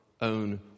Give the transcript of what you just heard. own